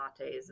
lattes